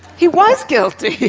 he was guilty!